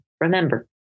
remember